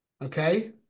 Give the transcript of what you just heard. Okay